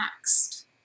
next